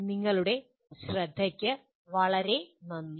നിങ്ങളുടെ ശ്രദ്ധയ്ക്ക് വളരെ നന്ദി